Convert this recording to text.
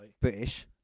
British